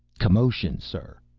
commotion, sir.